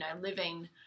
living